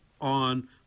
on